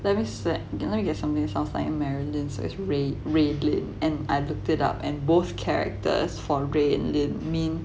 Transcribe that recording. let me set let me get something that sounds like marilyn says ra~ radiant and I looked it up and both characters for ri and lyn mean